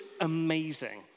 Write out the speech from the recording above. amazing